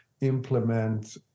implement